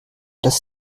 das